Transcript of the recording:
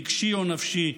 רגשי או נפשי,